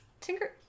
Tinker